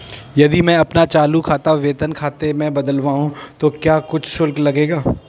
यदि मैं अपना चालू खाता वेतन खाते में बदलवाऊँ तो क्या कुछ शुल्क लगेगा?